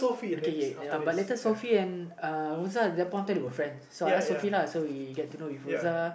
okay K but later Sophie anduhRosa and Zeppon then they were friends so I ask Sophie lah so we get to know with Rosa